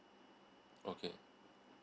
okay